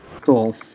Cool